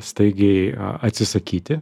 staigiai atsisakyti